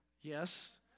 Yes